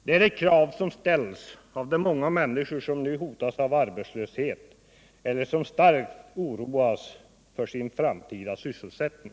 Det är ett krav som ställs av de många människor som nu hotas av arbetslöshet eller som starkt oroar sig för sin framtida sysselsättning.